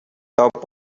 top